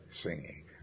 singing